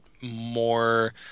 more